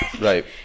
Right